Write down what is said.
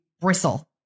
bristle